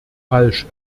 falsch